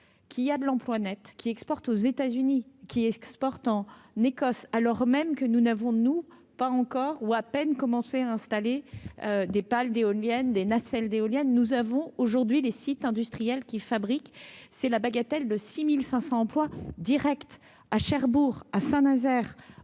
qu'il a de l'emploi Net qui exportent aux États-Unis, qui exportent en n'Ecosse alors même que nous n'avons nous pas encore ou à peine commencé à installer des pales d'éoliennes des nacelles d'éoliennes, nous avons aujourd'hui les sites industriels qui fabriquent ces la bagatelle de 6500 emplois Directs à Cherbourg à Saint-Nazaire